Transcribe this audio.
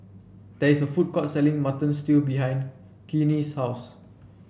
there is a food court selling Mutton Stew behind Queenie's house